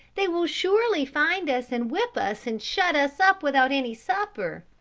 they will surely find us and whip us and shut us up without any supper.